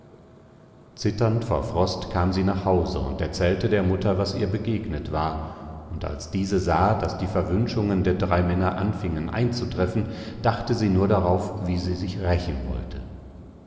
zitternd vor frost kam sie nach hause und erzählte der mutter was ihr begegnet war und als diese sah daß die verwünschungen der drei männer anfingen einzutreffen dachte sie nur darauf wie sie sich rächen wollte